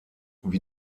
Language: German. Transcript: wie